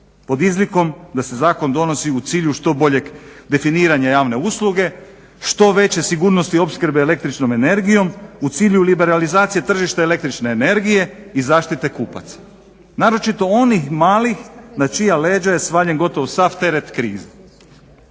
pod izlikom da se zakon donosi u cilju što boljeg definiranja javne usluge, što veće sigurnosti opskrbe električnom energijom u cilju liberalizacije tržišta električne energije i zaštite kupaca naročito onih malih na čija leđa je svaljen gotovo sav teret krize.